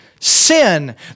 sin